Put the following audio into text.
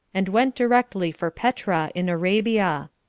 and went directly for petra, in arabia.